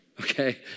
Okay